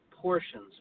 portions